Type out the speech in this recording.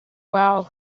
wow